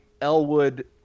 Elwood